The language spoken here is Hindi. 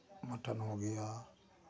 मटन हो गया